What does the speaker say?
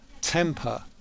temper